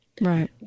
Right